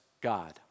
God